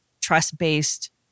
trust-based